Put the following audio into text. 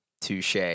Touche